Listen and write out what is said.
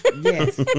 yes